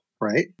right